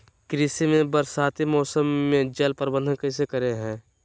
कृषि में बरसाती मौसम में जल प्रबंधन कैसे करे हैय?